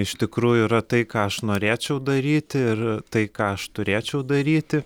iš tikrųjų yra tai ką aš norėčiau daryti ir tai ką aš turėčiau daryti